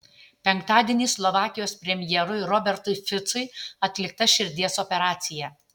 penktadienį slovakijos premjerui robertui ficui atlikta širdies operacija